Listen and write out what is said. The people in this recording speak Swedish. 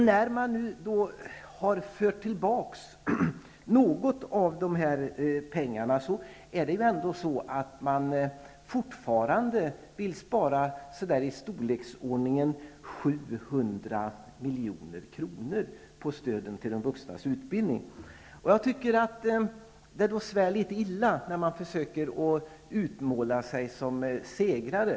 När man har fört tillbaka en del av de här pengarna vill man fortfarande spara i storleksordningen 700 milj.kr. på stöden till de vuxnas utbildning. Jag tycker att det svär litet illa mot detta när man utmålar sig som segrare.